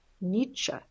Nietzsche